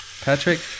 Patrick